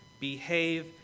behave